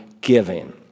giving